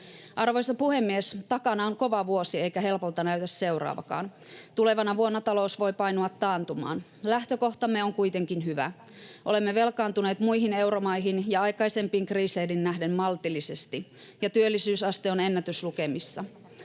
Arvoisa puhemies! Takana on kova vuosi, eikä helpolta näytä seuraavakaan. Tulevana vuonna talous voi painua taantumaan. Lähtökohtamme on kuitenkin hyvä. Olemme velkaantuneet muihin euromaihin ja aikaisempiin kriiseihin nähden maltillisesti, ja työllisyysaste on ennätyslukemissa.